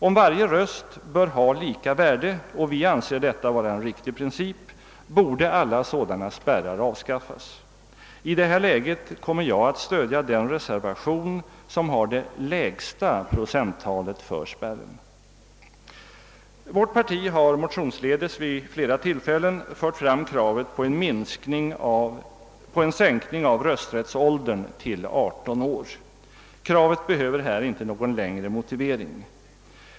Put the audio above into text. Om varje röst skall ha lika värde — och det anser vi vara en riktig princip — borde alla sådana spärrar avskaffas. I det här läget kommer jag att stödja den reservation som har det lägsta procenttalet för spärren. Vårt parti har motionsledes vid flera tillfällen fört fram kravet på en sänkning av rösträttsåldern till 18 år. Det kravet behöver inte någon längre motivering.